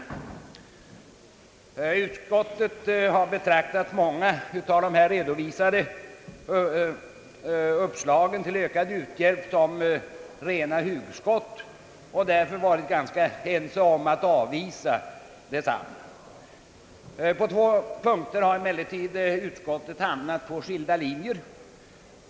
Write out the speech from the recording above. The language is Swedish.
Inom utskottet har man betraktat många av de här redovisade uppslagen till ökad u-hjälp som rena hugskott och därför varit ganska ense om att avvisa Ang. en speciell u-hjälpsavgift, m.m. dem. På två punkter har emellertid utskottsledamöterna hamnat på skilda linjer.